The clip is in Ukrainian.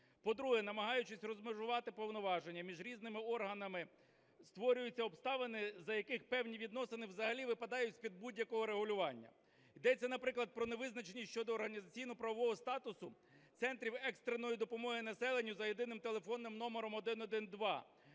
По-друге, намагаючись розмежувати повноваження, між різними органами створюються обставини, за яких певні відносини взагалі випадають з-під будь-якого регулювання. Йдеться, наприклад, про невизначеність щодо організаційно-правового статусу центрів екстреної допомоги населенню за єдиним телефонним номером 112,